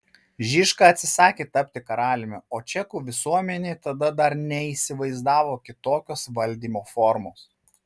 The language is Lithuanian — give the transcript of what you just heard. žižka atsisakė tapti karaliumi o čekų visuomenė tada dar neįsivaizdavo kitokios valdymo formos